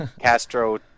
Castro